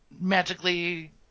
magically